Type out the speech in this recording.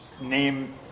Name